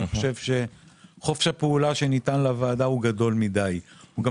אני חושב שחופש הפעולה שניתן לוועדה הוא גדול מדי והוא גם